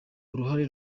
uruhare